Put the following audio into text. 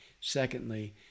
Secondly